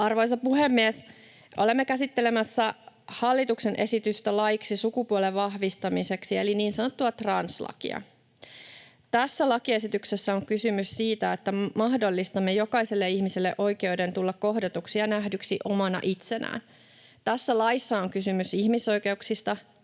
Arvoisa puhemies! Olemme käsittelemässä hallituksen esitystä laiksi sukupuolen vahvistamisesta eli niin sanottua translakia. Tässä lakiesityksessä on kysymys siitä, että mahdollistamme jokaiselle ihmiselle oikeuden tulla kohdatuksi ja nähdyksi omana itsenään. Tässä laissa on kysymys ihmisoikeuksista,